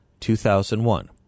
2001